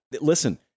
listen